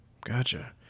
Gotcha